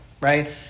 Right